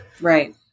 Right